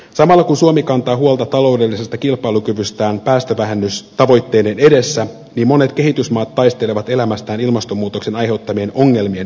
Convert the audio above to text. samalla kun suomi kantaa huolta taloudellisesta kilpailukyvystään päästövähennystavoitteiden edessä monet kehitysmaat taistelevat elämästään ilmastonmuutoksen aiheuttamien ongelmien edessä